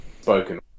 spoken